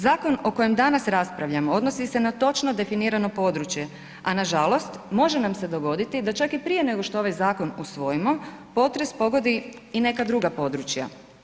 Zakon o kojem danas raspravljamo odnosi se na točno definirano područje, a nažalost može nam se dogoditi da čak i prije nego što ovaj zakon usvojimo potres pogodi i neka druga područja.